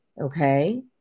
okay